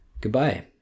goodbye